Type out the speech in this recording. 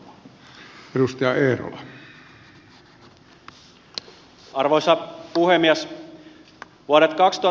arvoisa puhemies